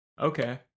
Okay